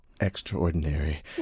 extraordinary